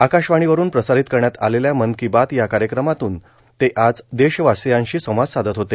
आकाशवाणीवरून प्रसार्गत करण्यात आलेल्या मन कां बात या कायक्रमातून ते आज देशवासीयांशी संवाद साधत होते